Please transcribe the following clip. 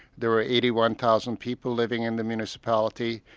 there were eighty one thousand people living in the municipality,